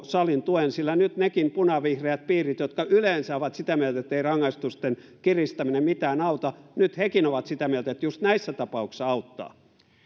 salin tuen sillä nyt nekin punavihreät piirit jotka yleensä ovat sitä mieltä ettei rangaistusten kiristäminen mitään auta ovat sitä mieltä että just näissä tapauksissa auttaa